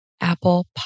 Apple